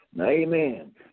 Amen